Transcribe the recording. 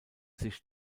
sich